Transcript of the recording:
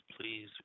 please